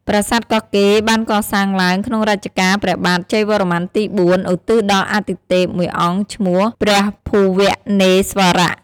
ប្រាសាទកោះកេរ្តិ៍ បានកសាងឡើងក្នុងរជ្ជកាលព្រះបាទជ័យវរ័្មនទី៤ឧទ្ទិសដល់អាទិទេពមួយអង្គឈ្មោះ ត្រីភូវនេស្វរៈ។